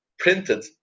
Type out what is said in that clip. printed